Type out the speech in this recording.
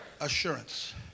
Assurance